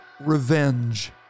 revenge